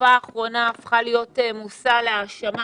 בתקופה האחרונה, הפכה להיות מושא להאשמה